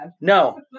No